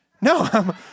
No